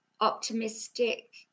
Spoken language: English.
optimistic